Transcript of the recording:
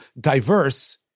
diverse